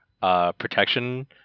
protection